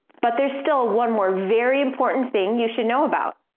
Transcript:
but, there's still one more very important thing you should know about.